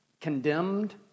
condemned